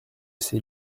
c’est